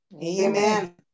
Amen